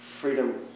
Freedom